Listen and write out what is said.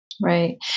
Right